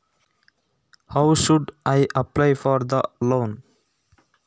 ನಾನು ಯಾವ ರೀತಿ ಸಾಲಕ್ಕೆ ಅಪ್ಲಿಕೇಶನ್ ಹಾಕಬೇಕೆಂದು ಹೇಳ್ತಿರಾ?